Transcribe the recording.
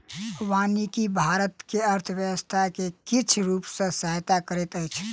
वानिकी भारत के अर्थव्यवस्था के किछ रूप सॅ सहायता करैत अछि